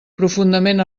profundament